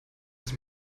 das